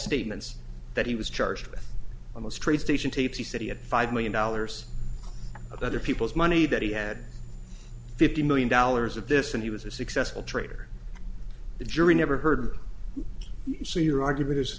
statements that he was charged with almost train station tapes he said he had five million dollars of other people's money that he had fifty million dollars of this and he was a success a traitor the jury never heard it so your argument is